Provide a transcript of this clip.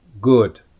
good